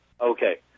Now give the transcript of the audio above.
Okay